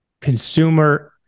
consumer